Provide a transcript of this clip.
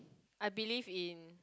I believe in